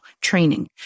training